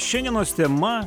šiandienos tema